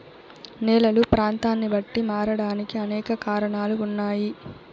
నేలలు ప్రాంతాన్ని బట్టి మారడానికి అనేక కారణాలు ఉన్నాయి